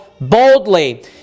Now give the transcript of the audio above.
boldly